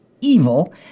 evil